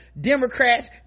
Democrats